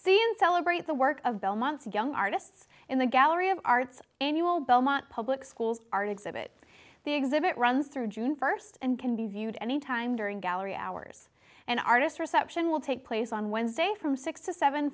seen celebrate the work of belmont's of young artists in the gallery of arts and you will belmont public school's art exhibit the exhibit runs through june first and can be viewed anytime during gallery hours and artist reception will take place on wednesday from six to seven